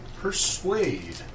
Persuade